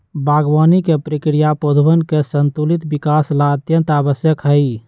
बागवानी के प्रक्रिया पौधवन के संतुलित विकास ला अत्यंत आवश्यक हई